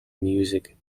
music